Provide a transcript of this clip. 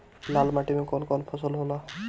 लाल माटी मे कवन कवन फसल होला?